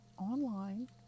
online